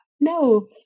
no